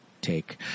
take